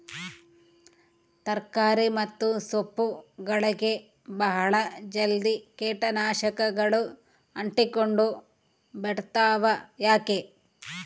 ತರಕಾರಿ ಮತ್ತು ಸೊಪ್ಪುಗಳಗೆ ಬಹಳ ಜಲ್ದಿ ಕೇಟ ನಾಶಕಗಳು ಅಂಟಿಕೊಂಡ ಬಿಡ್ತವಾ ಯಾಕೆ?